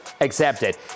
accepted